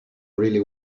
really